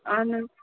اَہَن حظ